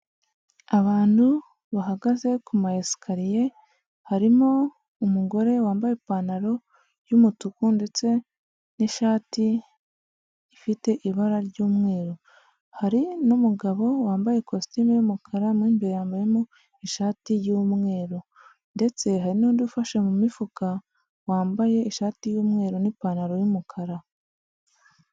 Abantu bahagaze kuma esikariye harimo umugore wambaye ipantaro y’umutuku ndetse n’ishati ifite ibara ry'umweru, hari n’umugabo wambaye kositimu y’umukara mo imbere yambayemo ishati y’umweru ndetse hari n’undi ufashe mu mifuka wambaye ishati y'umweru n’ipantaro y’umukara.